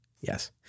yes